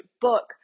book